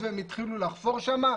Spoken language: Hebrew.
היות והם התחילו לחפור שם,